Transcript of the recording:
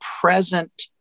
present